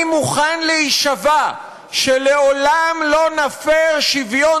אני מוכן להישבע שלעולם לא נפר שוויון